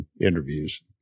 interviews